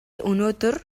өнөөдөр